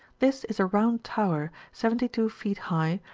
this is a round tower, seventy two feet high,